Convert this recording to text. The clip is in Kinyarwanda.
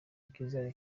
kizajya